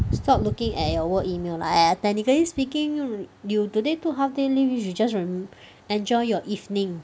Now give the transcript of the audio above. stop looking at your work email lah !aiya! technically speaking you today took half day leave you should just mm enjoy your evening